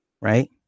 Right